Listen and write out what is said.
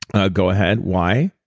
ah go ahead, why?